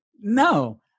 No